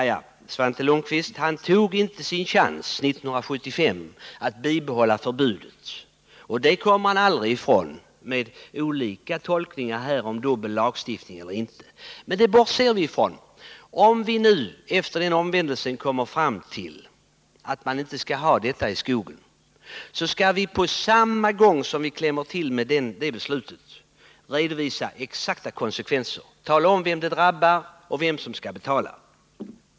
Svante Lundkvist tog inte sin chans 1975 att bibehålla förbudet. Det kommer han aldrig ifrån med olika tolkningar om dubbellagstiftning. Men det bortser vi ifrån. Om vi nu efter den omvändelsen kommer fram till att man inte skall ha fenoxisyra i skogen, skall vi på samma gång som vi klämmer till med beslutet redovisa de exakta kostnaderna och tala om vem det drabbar och vem som skall betala.